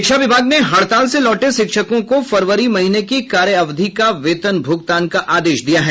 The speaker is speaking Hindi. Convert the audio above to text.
शिक्षा विभाग ने हड़ताल से लौटे शिक्षकों को फरवरी महीने के कार्य अवधि का वेतन भूगतान का आदेश दिया है